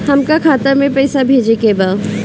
हमका खाता में पइसा भेजे के बा